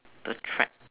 the track